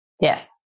Yes